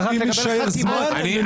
--- לא